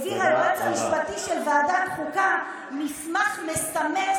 העביר היועץ המשפטי של ועדת חוקה מסמך מסמר